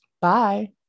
Bye